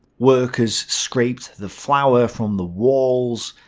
workers scraped the flour from the walls,